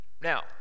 Now